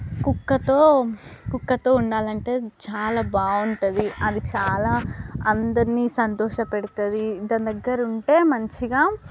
కుక్కతో కుక్కతో ఉండాలి అంటే చాలా బాగుంటుంది అది చాలా అందరినీ సంతోష పెడుతుంది దాని దగ్గర ఉంటే మంచిగా